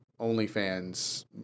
OnlyFans